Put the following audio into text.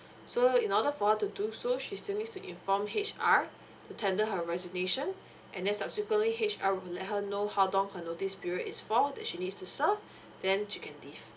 so in order for her to do so she still need to inform H_R to tender her resignation and then subsequently H_R will let her know how long her notice period is for all that she needs to serve then you can leave